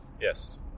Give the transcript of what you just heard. Yes